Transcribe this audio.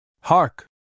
Hark